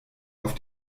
auf